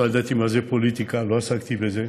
לא ידעתי מה זה פוליטיקה, לא עסקתי בזה,